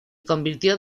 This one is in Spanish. convirtió